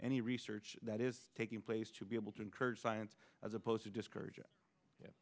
any research that is taking place to be able to encourage science as opposed to discourage it